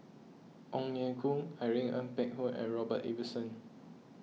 Ong Ye Kung Irene Ng Phek Hoong and Robert Ibbetson